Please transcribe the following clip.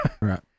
Right